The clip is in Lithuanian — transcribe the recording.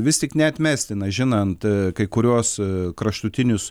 vis tik neatmestina žinant kai kuriuos kraštutinius